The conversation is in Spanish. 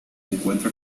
encuentra